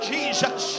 Jesus